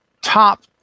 top